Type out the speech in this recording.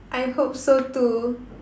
I hope so too